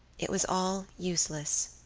it was all useless.